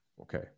Okay